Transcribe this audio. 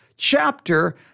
Chapter